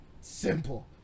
simple